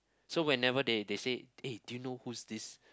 so whenever they they say eh do you know who's this